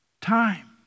time